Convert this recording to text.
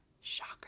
Shocker